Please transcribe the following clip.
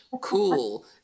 cool